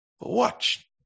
Watch